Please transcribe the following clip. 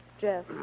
Jeff